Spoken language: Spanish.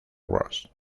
bros